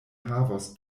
havos